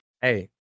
Hey